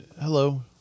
hello